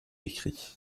écrit